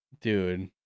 Dude